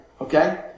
okay